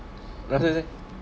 I see I see mm